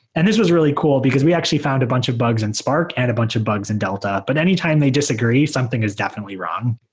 and this was really cool, because we actually found a bunch of bugs in spark and a bunch of bugs in delta, but anytime they disagree, something is definitely wrong.